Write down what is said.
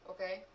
Okay